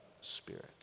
Spirit